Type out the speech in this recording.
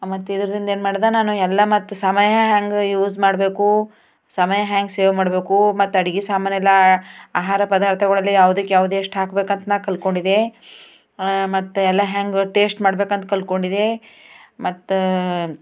ಮತ್ತು ಇದ್ರದಿಂದ ಏನ್ಮಾಡ್ದೆ ನಾನು ಎಲ್ಲ ಮತ್ತು ಸಮಯ ಹೆಂಗೆ ಯೂಸ್ ಮಾಡಬೇಕು ಸಮಯ ಹ್ಯಾಂಗ ಸೇವ್ ಮಾಡಬೇಕು ಮತ್ತು ಅಡುಗೆ ಸಾಮಾನೆಲ್ಲ ಆಹಾರ ಪದಾರ್ಥಗಳೆಲ್ಲ ಯಾವ್ದಕ್ಕೆ ಯಾವ್ದು ಎಷ್ಟು ಹಾಕ್ಬೇಕಂತ ನಾ ಕಲ್ತ್ಕೊಂಡಿದ್ದೆ ಮತ್ತೆ ಎಲ್ಲ ಹೆಂಗೆ ಟೇಸ್ಟ್ ಮಾಡ್ಬೇಕಂತ ಕಲ್ತ್ಕೊಂಡಿದ್ದೆ ಮತ್ತು